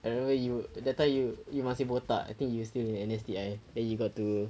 I remember you that time you you masih botak I think you still in N_S that time then you got to